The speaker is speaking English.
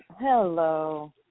hello